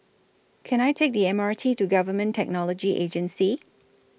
Can I Take The M R T to Government Technology Agency